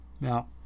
Now